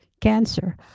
cancer